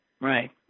Right